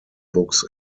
books